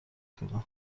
کنند